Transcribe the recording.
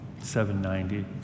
790